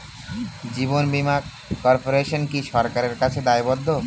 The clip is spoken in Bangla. জীবন বীমা কর্পোরেশন কি সরকারের কাছে দায়বদ্ধ?